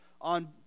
on